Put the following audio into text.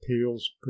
peel's